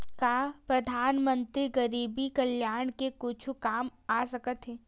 का परधानमंतरी गरीब कल्याण के कुछु काम आ सकत हे